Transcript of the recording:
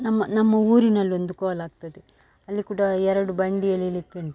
ನಮ್ಮ ನಮ್ಮ ಊರಿನಲ್ಲೊಂದು ಕೋಲ ಆಗ್ತದೆ ಅಲ್ಲಿ ಕೂಡ ಎರಡು ಬಂಡಿ ಎಳಿಲಿಕ್ಕೆ ಉಂಟು